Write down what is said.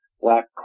black